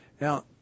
Now